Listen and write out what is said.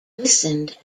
listened